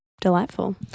delightful